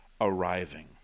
arriving